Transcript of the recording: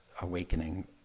awakening